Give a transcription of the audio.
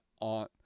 on